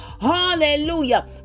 hallelujah